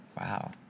wow